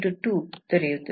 2 ದೊರೆಯುತ್ತದೆ